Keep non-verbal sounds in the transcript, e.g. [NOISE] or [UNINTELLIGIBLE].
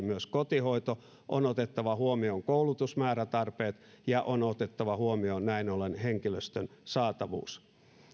[UNINTELLIGIBLE] myös kotihoito on otettava huomioon koulutusmäärätarpeet ja on otettava huomioon näin ollen henkilöstön saatavuus